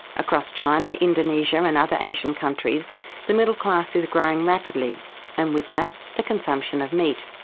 across china, indonesia and other asian countries the middle class is growing rapidly and with that the consumption of meat.